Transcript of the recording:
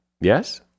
Yes